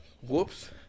Whoops